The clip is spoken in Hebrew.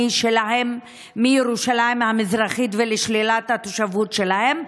שלהם מירושלים המזרחית ולשלילת התושבות שלהם.